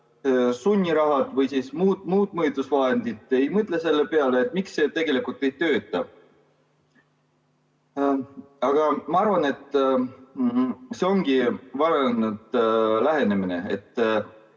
sunniraha või muud mõjutusvahendid. Me ei mõtle selle peale, miks see tegelikult ei tööta. Aga ma arvan, et see ongi vale lähenemine.